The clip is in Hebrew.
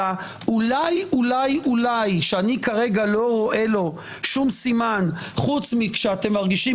אז האולי-אולי-אולי שאני כרגע לא רואה לו שום סימן חוץ מכשאתם מרגישים